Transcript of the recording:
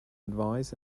advice